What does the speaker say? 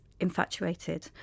infatuated